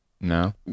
no